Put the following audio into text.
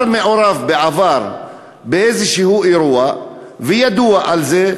מעורב בעבר באירוע כלשהו וידוע על זה,